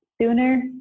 sooner